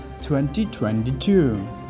2022